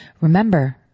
Remember